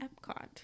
Epcot